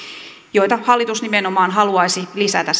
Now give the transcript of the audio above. vaikka hallitus nimenomaan haluaisi lisätä